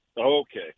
okay